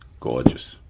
gorgeous,